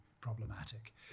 problematic